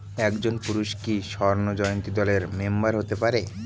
একজন পুরুষ কি স্বর্ণ জয়ন্তী দলের মেম্বার হতে পারে?